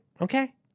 okay